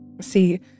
See